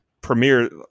premiere